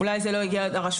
אולי זה לא הגיע לרשויות,